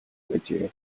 байжээ